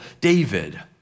David